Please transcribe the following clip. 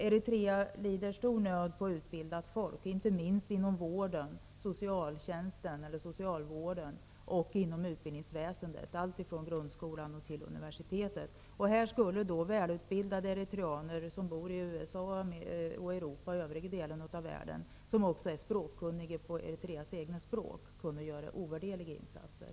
Eritrea lider stor brist på utbildat folk, inte minst inom socialvården och utbildningsväsendet, alltifrån grundskolan och upp till universitetet. Här skulle välutbildade eritreaner som bor i USA, Europa och världen i övrigt, vilka också har kunskaper i Eritreas egna språk, kunna göra ovärderliga insatser.